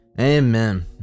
Amen